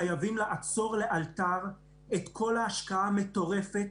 חייבים לעצור לאלתר את כל ההשקעה המטורפת,